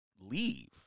leave